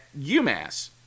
UMass